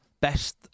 best